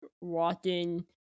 walking